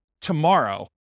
tomorrow